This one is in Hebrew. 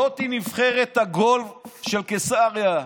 זו נבחרת הגולף של קיסריה.